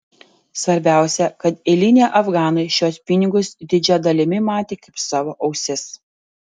svarbiausia kad eiliniai afganai šiuos pinigus didžia dalimi matė kaip savo ausis